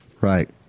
Right